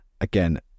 Again